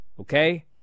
okay